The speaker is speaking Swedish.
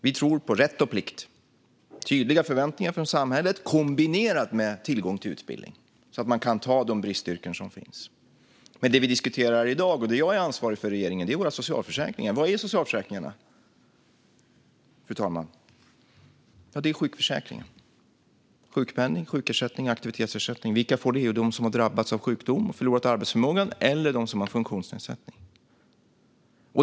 Vi tror på rätt och plikt med tydliga förväntningar från samhället kombinerat med tillgång till utbildning så att man kan ta de bristyrken som finns. Men det vi diskuterar i dag och som jag är ansvarig för i regeringen är socialförsäkringarna. Vilka är socialförsäkringarna, fru talman? Det är sjukförsäkring, sjukpenning, sjukersättning och aktivitetsersättning. Vilka får det? Jo, de som har drabbats av sjukdom och förlorat arbetsförmågan eller de som har en funktionsnedsättning.